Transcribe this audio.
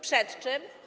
Przed czym?